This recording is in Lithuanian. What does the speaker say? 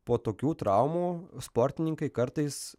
po tokių traumų sportininkai kartais